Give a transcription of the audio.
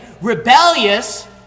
rebellious